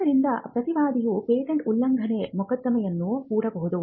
ಆದ್ದರಿಂದ ಪ್ರತಿವಾದಿಯು ಪೇಟೆಂಟ್ ಉಲ್ಲಂಘನೆ ಮೊಕದ್ದಮೆಯನ್ನು ಹೂಡಬಹುದು